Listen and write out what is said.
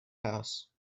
house